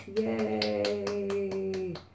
yay